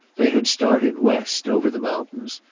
they had started west, over the mountains,